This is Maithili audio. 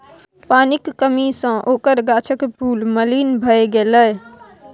पानिक कमी सँ ओकर गाछक फूल मलिन भए गेलै